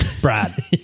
Brad